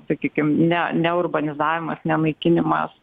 sakykim ne ne urbanizavimas ne naikinimas